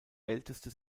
älteste